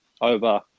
over